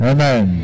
Amen